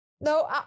no